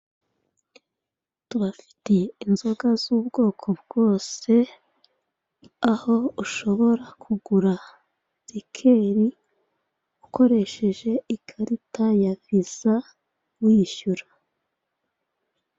Tubafitiye inzoga z'ubwoko bwose aho ushobora kugura rikeri ukoresheje ikarita ya viza wishyura.